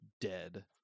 dead